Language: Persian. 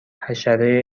حشره